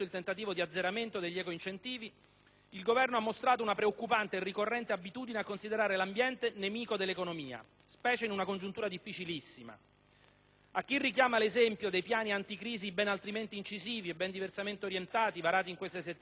il Governo ha mostrato una preoccupante e ricorrente abitudine a considerare l'ambiente nemico dell'economia, specie in una congiuntura difficilissima come quella attuale. A chi richiama l'esempio dei piani anticrisi ben altrimenti incisivi e ben diversamente orientati, varati in queste settimane nei principali Paesi industrializzati,